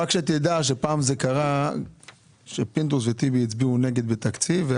רק שתדע שפעם קרה שפינדרוס וטיבי הצביעו נגד בתקציב.